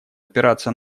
опираться